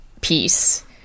piece